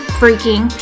freaking